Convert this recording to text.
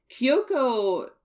Kyoko